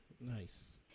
Nice